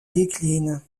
décline